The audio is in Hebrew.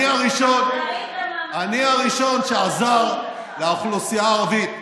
אני הראשון שעזר לאוכלוסייה הערבית,